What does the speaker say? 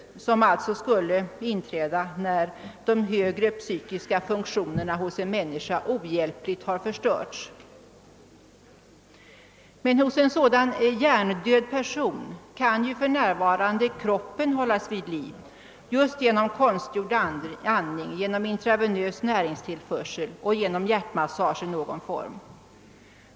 Döden skall då anses ha inträtt när de högre psykiska funktionerna hos en människa ohjälpligt har förstörts, Men hos en sådan hjärndöd person kan för närvarande kroppen hållas vid liv just genom konstgjord andning, intravenös näringstillförsel och hjärtmassage i någon form.